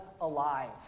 alive